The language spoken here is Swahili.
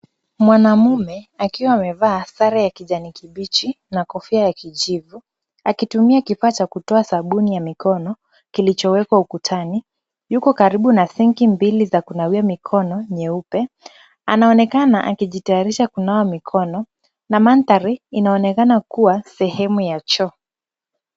Mwanamume akiwa amevaa sare ya kijani kibichi na kofia ya kijivu akitumia kifaa cha kutoa sabuni ya mikono, kilichowekwa ukutani. Yuko karibu na sinki mbili za kunawia mikono nyeupe. Anaonekana akijitayarisha kunawa mikono na mandhari inaonekana kuwa sehemu ya choo.